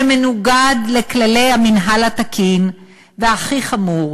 שמנוגד לכללי המינהל התקין, והכי חמור: